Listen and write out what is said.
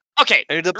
Okay